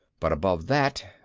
but above that.